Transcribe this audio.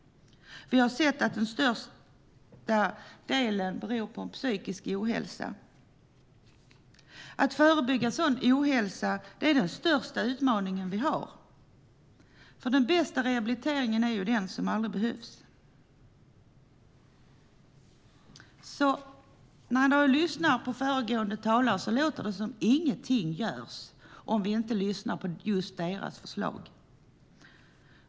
Vi har sett att den största delen beror på en psykisk ohälsa. Att förebygga sådan ohälsa är den största utmaning som vi har. Den bästa rehabiliteringen är nämligen den som aldrig behövs. När man har lyssnat på föregående talare låter det som om ingenting görs om vi inte lyssnar på just deras förslag.